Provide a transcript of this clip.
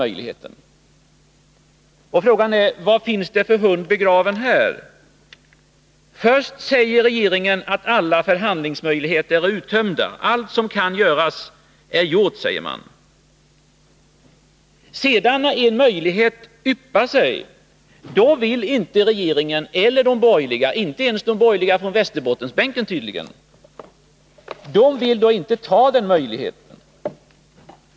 Man kan undra vad det finns för hund begraven här. Först säger regeringen att alla förhandlingsmöjligheter är uttömda. Allt som kan göras är gjort. Sedan, när en möjlighet yppar sig, vill varken regeringen eller de borgerliga — tydligen inte ens de borgerliga på Västerbottensbänken — utnyttja den möjligheten.